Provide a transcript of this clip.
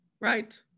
right